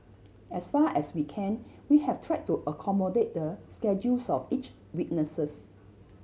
as far as we can we have tried to accommodate the schedules of each witness